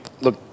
look